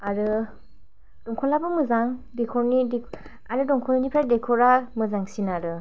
आरो दमकलआबो मोजां दैखरनि दै आरो दमकलनिफ्राइ दैखरा मोजांसिन आरो